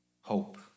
hope